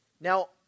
Now